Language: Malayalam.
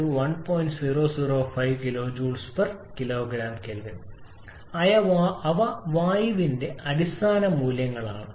005 kJ kgK അവ വായുവിനുള്ള അടിസ്ഥാന മൂല്യങ്ങളാണ്